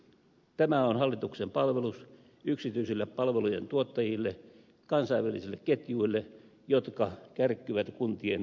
tämä on hallituksen palvelus yksityisille palvelujen tuottajille kansainvälisille ketjuille jotka kärkkyvät kuntien veromiljardeja